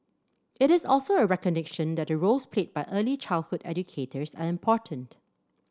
it is also a recognition that the roles played by early childhood educators are important